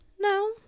no